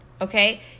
okay